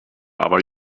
aber